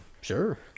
sure